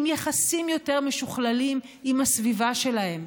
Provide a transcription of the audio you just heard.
עם יחסים יותר משוכללים עם הסביבה שלהם.